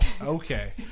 Okay